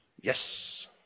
Yes